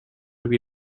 lui